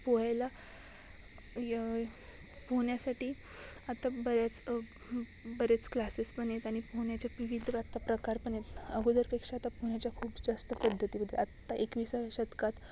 पोहायला पोहण्यासाठी आता बऱ्याच बरेच क्लासेस पन येत आनि पोहण्याचे पीवी आत्ता प्रकार पन येत अगोदरपेक्षा आता पोहण्याच्या खूप जास्त पद्धतीमदे आत्ता एकवीस शतकात